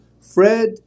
Fred